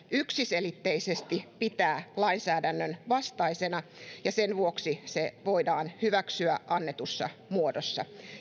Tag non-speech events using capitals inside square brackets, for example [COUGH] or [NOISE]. [UNINTELLIGIBLE] yksiselitteisesti pitää lainsäädännön vastaisena ja sen vuoksi se voidaan hyväksyä annetussa muodossa